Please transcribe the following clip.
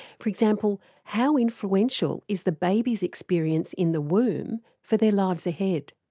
for example, how influential is the baby's experience in the womb for their lives ahead?